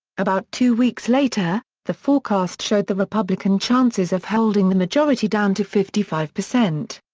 about two weeks later, the forecast showed the republican chances of holding the majority down to fifty five percent.